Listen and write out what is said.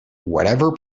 whatever